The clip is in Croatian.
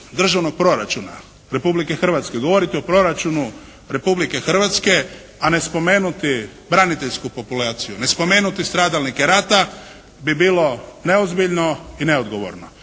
državnog proračuna Republike Hrvatske, govoriti o proračunu Republike Hrvatske a ne spomenuti braniteljsku populaciju, ne spomenuti stradalnike rata bi bilo neozbiljno i neodgovorno.